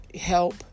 help